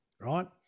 right